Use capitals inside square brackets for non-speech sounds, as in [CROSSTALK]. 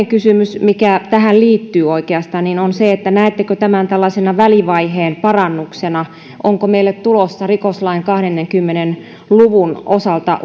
[UNINTELLIGIBLE] kysymys mikä tähän oikeastaan liittyy on se että näettekö tämän tällaisena välivaiheen parannuksena onko meille tulossa rikoslain kahdenkymmenen luvun osalta [UNINTELLIGIBLE]